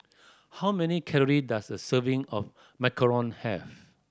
how many calorie does a serving of macaron have